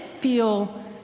feel